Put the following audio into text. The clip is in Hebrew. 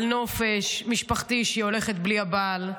על נופש משפחתי, שהיא הולכת בלי הבעל,